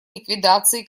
ликвидации